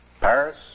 Paris